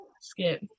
Skip